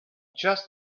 just